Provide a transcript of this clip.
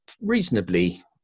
reasonably